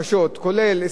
כדי לבוא לקבוע